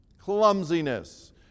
Clumsiness